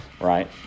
right